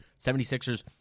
76ers